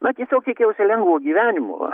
na tiesiog tikėjosi lengvo gyvenimo